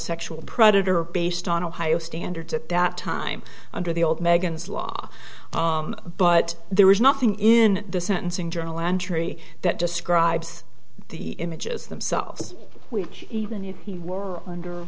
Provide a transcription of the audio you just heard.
sexual predator based on ohio standards at that time under the old meghan's law but there was nothing in the sentencing journal entry that describes the images themselves weak even if he were under